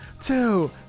two